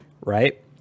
right